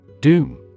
Doom